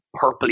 purpley